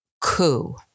coup